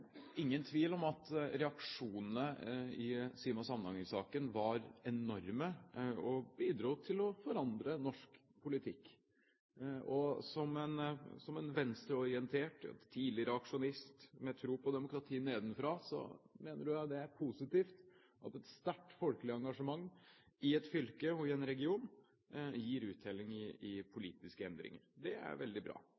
ingen tvil om at reaksjonene i Sima–Samnanger-saken var enorme, og bidro til å forandre norsk politikk. Som en venstreorientert, tidligere aksjonist med tro på demokrati nedenfra, mener jeg det er positivt at et sterkt folkelig engasjement i et fylke og en region gir uttelling i politiske endringer. Det er veldig bra. SVs holdning i